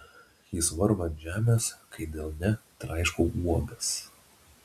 jis varva ant žemės kai delne traiškau uogas